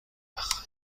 وقت